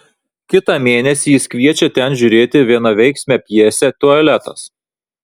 kitą mėnesį jis kviečia ten žiūrėti vienaveiksmę pjesę tualetas